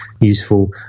useful